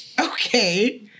Okay